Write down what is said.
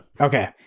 Okay